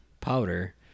powder